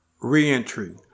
reentry